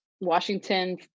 washington